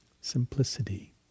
simplicity